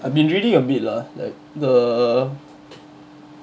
I've been reading a bit lah like the